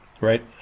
right